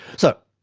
so,